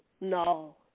No